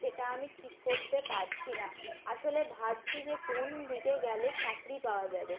সেটা আমি ঠিক করতে পারছি না আসলে ভাবছি যে কোন দিকে গেলে চাকরি পাওয়া যাবে